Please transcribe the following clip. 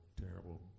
terrible